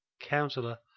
counsellor